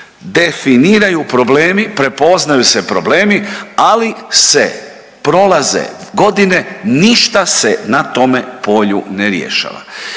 definiraju problemi, prepoznaju se problemi, ali se prolaze godine ništa se na tome polju ne rješava.